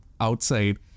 outside